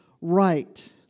right